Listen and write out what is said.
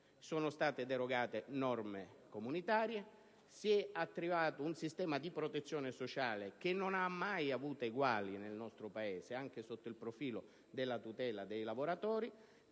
Sono stato derogate norme comunitarie e si è attivato un sistema di protezione sociale che non ha mai avuto eguali nel nostro Paese, anche sotto il profilo della tutela dei lavoratori.